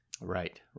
Right